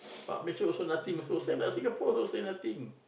but Malaysia also nothing also same like Singapore also same nothing